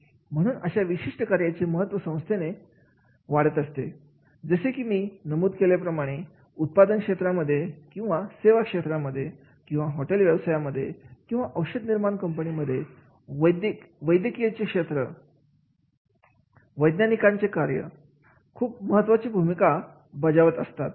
म्हणून अशा विशिष्ट कार्याचे महत्त्व संस्थेमध्ये वाढत असते जसे की मी नमूद केल्याप्रमाणे उत्पादन क्षेत्रामध्ये किंवा सेवा क्षेत्रांमध्ये किंवा हॉटेल व्यवसायांमध्ये किंवा औषध निर्माण कंपनीमध्ये वैज्ञानिकांचे कार्य खूप महत्त्वाची भूमिका बजावत असतात